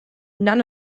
none